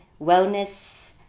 wellness